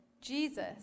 Jesus